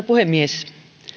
puhemies